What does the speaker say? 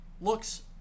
looks